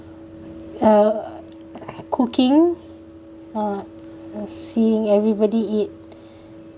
uh cooking uh seeing everybody eat